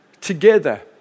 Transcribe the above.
together